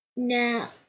now